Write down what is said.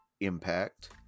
Impact